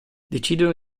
decidono